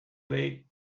they